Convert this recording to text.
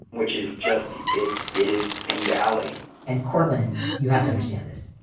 which is just, it it is the alley and cortlandt, you have to understand this,